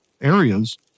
areas